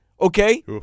okay